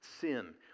sin